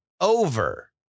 over